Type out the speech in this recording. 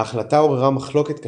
ההחלטה עוררה מחלוקת קשה,